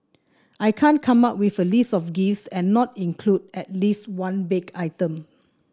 I can't come up with a list of gifts and not include at least one baked item